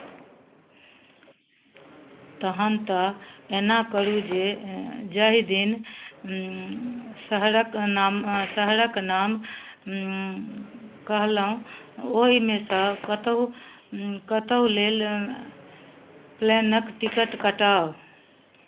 तहन तऽ एना करू जे जाहि दिन शहरक नाम शहरक नाम कहलहुँ ओहिमे सँ कतहु कतहु लेल प्लेनक टिकट कटाउ